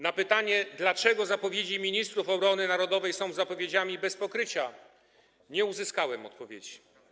Na pytanie, dlaczego zapowiedzi ministrów obrony narodowej są zapowiedziami bez pokrycia, nie uzyskałem odpowiedzi.